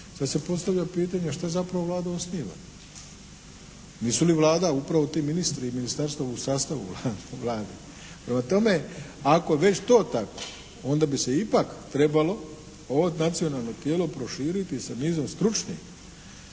Sad se postavlja pitanje šta zapravo Vlada osniva? Nisu li Vlada upravo ti ministri i ministarstva u sastavu Vlade? Prema tome ako je već to tako onda bi se ipak trebalo ovo Nacionalno tijelo proširiti sa nizom stručnih